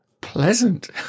pleasant